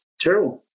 terrible